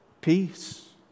peace